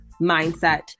mindset